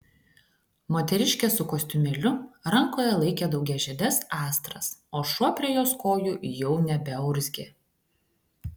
moteriškė su kostiumėliu rankoje laikė daugiažiedes astras o šuo prie jos kojų jau nebeurzgė